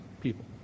people